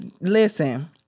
listen